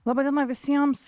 laba diena visiems